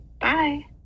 bye